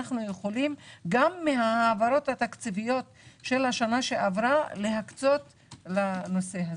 אנו יכולים גם מההעברות התקציביות של שנה שעברה להקצות לנושא הזה.